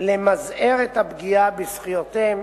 למזער את הפגיעה בזכויותיהם